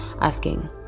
asking